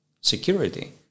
security